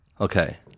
okay